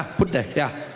put there yeah.